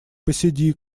посиди